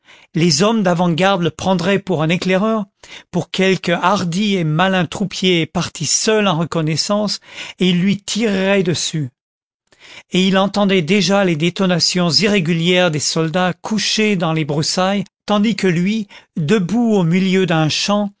les hommes d'avant-garde le prendraient pour un éclaireur pour quelque hardi et malin troupier parti seul en reconnaissance et ils lui tireraient dessus et il entendait déjà les détonations irrégulières des soldats couchés dans les broussailles tandis que lui debout au milieu d'un champ